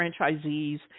franchisees